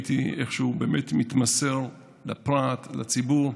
ראיתי איך שהוא באמת מתמסר לפרט, לציבור.